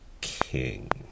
king